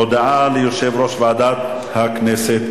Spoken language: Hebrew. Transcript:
הודעה ליושב-ראש ועדת הכנסת,